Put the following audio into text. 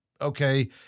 okay